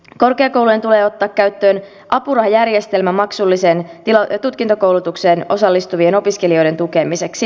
korkeakoulujen tulee ottaa käyttöön apurahajärjestelmä maksulliseen tutkintokoulutukseen osallistuvien opiskelijoiden tukemiseksi